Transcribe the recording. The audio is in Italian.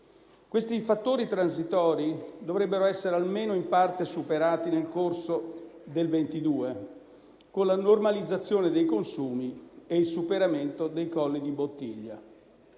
Questi fattori transitori dovrebbero essere almeno in parte superati nel corso del 2022, con la normalizzazione dei consumi e il superamento dei colli di bottiglia.